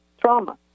trauma